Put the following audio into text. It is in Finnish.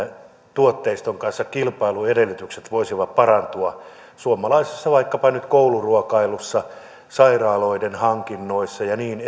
tuotteiston kanssa kilpailuedellytykset voisivat parantua vaikkapa nyt suomalaisessa kouluruokailussa sairaaloiden hankinnoissa ja niin